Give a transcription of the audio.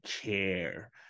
care